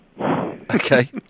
Okay